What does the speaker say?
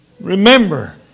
Remember